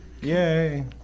Yay